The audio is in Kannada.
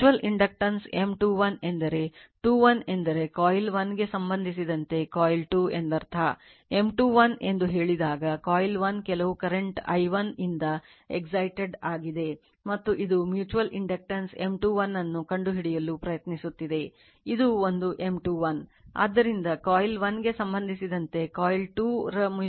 Mutual inductance M 2 1 ಎಂದರೆ 2 1 ಎಂದರೆ ಕಾಯಿಲ್ 1 ಗೆ ಸಂಬಂಧಿಸಿದಂತೆ ಕಾಯಿಲ್ 2 ಎಂದರ್ಥ